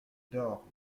dort